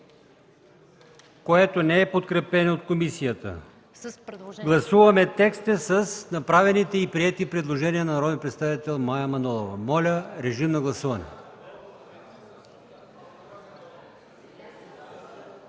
което не е подкрепено от комисията. Гласуваме текста с направените и приети предложения на народния представител Мая Манолова. Гласували